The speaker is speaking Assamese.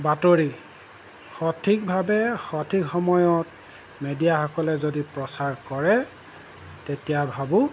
বাতৰি সঠিকভাৱে সঠিক সময়ত মেডিয়াসকলে যদি প্ৰচাৰ কৰে তেতিয়া ভাবোঁ